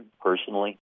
personally